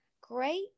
great